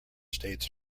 states